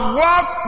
walk